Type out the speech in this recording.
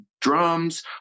drums